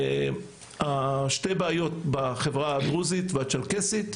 זיהינו שתי בעיות בחברה הדרוזית והצ'רקסית.